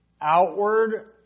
outward